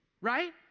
right